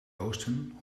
oosten